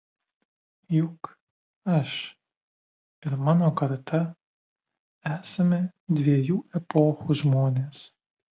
juk aš ir mano karta esame dviejų epochų žmonės